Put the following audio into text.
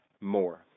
more